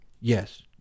Yes